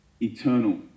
eternal